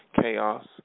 chaos